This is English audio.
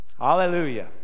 Hallelujah